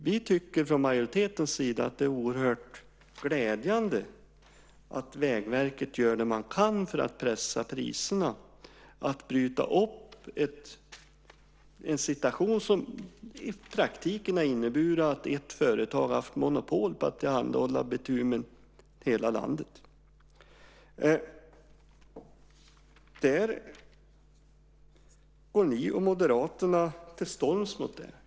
Vi tycker från majoritetens sida att det är oerhört glädjande att Vägverket gör det man kan för att pressa priserna och bryta upp en situation som i praktiken har inneburit att ett företag har haft monopol på att tillhandahålla bitumen i hela landet. Ni och Moderaterna går till storms mot det.